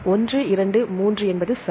1 2 3 என்பது சரி